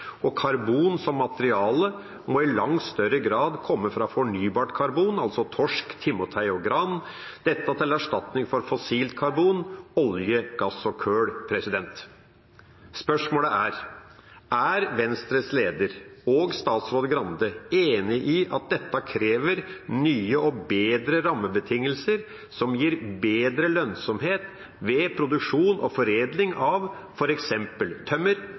vannkraft. Karbon som materiale må i langt større grad komme fra fornybart karbon, altså torsk, timotei og gran – dette til erstatning for fossilt karbon: olje, gass og kull. Spørsmålet er: Er Venstres leder og statsråd, Skei Grande, enig i at dette krever nye og bedre rammebetingelser som gir bedre lønnsomhet ved produksjon og foredling av f.eks. tømmer,